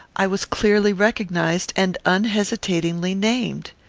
i was clearly recognized and unhesitatingly named!